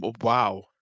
wow